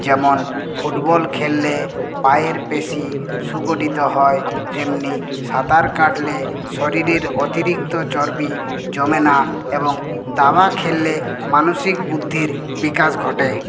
যেমন ফুটবল খেললে পায়ের পেশি সুগঠিত হয় তেমনি সাঁতার কাটলে শরীরের অতিরিক্ত চর্বি জমে না এবং দাবা খেললে মানসিক বুদ্ধির বিকাশ ঘটে